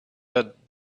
that